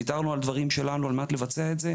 ויתרנו על דברים שלנו על מנת לבצע את זה.